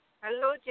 Hello